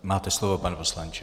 Máte slovo, pane poslanče.